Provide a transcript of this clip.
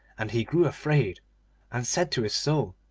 and he grew afraid and said to his soul,